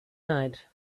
night